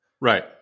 Right